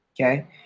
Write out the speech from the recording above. okay